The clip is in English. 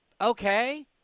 okay